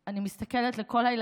שאני מסתכלת על כל הילדים